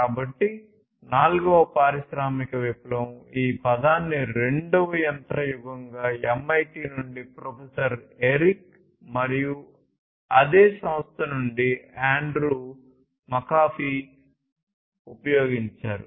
కాబట్టి నాల్గవ పారిశ్రామిక విప్లవం ఈ పదాన్ని రెండవ యంత్ర యుగంగా MIT నుండి ప్రొఫెసర్ ఎరిక్ మరియు అదే సంస్థ నుండి ఆండ్రూ మకాఫీ ఉపయోగించారు